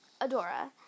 Adora